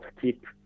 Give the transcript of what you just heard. keep